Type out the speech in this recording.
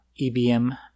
EBM